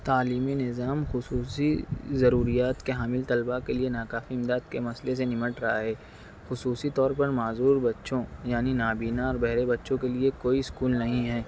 تعلیمی نظام خصوصی ضروریات کے حامل طلبا کے لیے ناکافی امداد کے مسئلہ سے نمٹ رہا ہے خصوصی طور پر معذور بچوں یعنی نابینا اور بہرے بچوں کے لیے کوئی اسکول نہیں ہیں